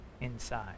inside